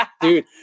Dude